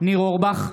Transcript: ניר אורבך,